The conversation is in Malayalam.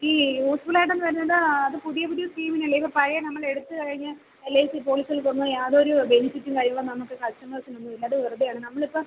ഈ യൂസ്ഫുള്ളായിട്ടെന്നു വരുന്നത് അതു പുതിയ പുതിയ സ്കീമിനല്ലേ ഇപ്പോള് പഴയ നമ്മളെടുത്തുകഴിഞ്ഞ് എൽ ഐ സി പോളിസികൾക്കൊന്നും യാതൊരു ബെനിഫിറ്റും കാര്യങ്ങളും നമുക്ക് കസ്റ്റമേസിനൊന്നുമില്ല അത് വെറുതെയാണ് നമ്മളിപ്പോള്